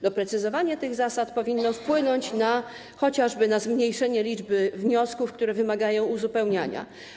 Doprecyzowanie tych zasad powinno wpłynąć chociażby na zmniejszenie liczby wniosków, które wymagają uzupełnienia.